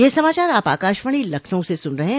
ब्रे क यह समाचार आप आकाशवाणी लखनऊ से सुन रहे हैं